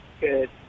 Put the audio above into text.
good